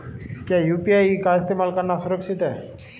क्या यू.पी.आई का इस्तेमाल करना सुरक्षित है?